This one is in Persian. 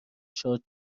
شاد